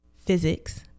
Physics